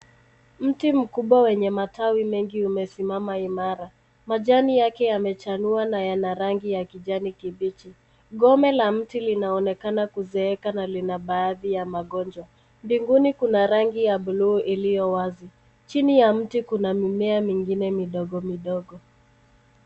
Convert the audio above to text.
Mti mkubwa wenye matawi mengi umesimama imara. Majani yake yamechanua na yana rangi ya kijani kibichi. Gome la miti linaonekana kuzeeka na lina baadhi ya magonjwa. Binguni kuna rangi ya blue iliyowazi. Chini ya miti kuna mimea mingine midogo midogo.